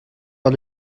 par